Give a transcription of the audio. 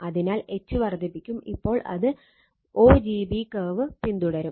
അതിനാൽ H വർദ്ധിപ്പിക്കും അപ്പോൾ ഇത് o g b കർവ് പിന്തുടരും